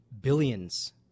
billions